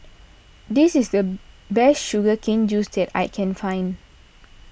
this is the best Sugar Cane Juice that I can find